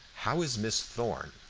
how is miss thorn?